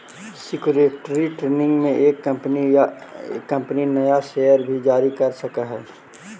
security training में एक company नया शेयर भी जारी कर सकऽ हई